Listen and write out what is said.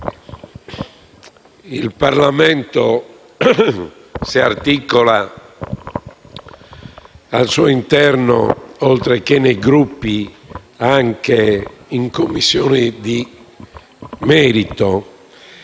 il Parlamento si articola al suo interno, oltre che nei Gruppi, anche in Commissioni di merito.